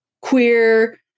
queer